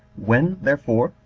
when, therefore,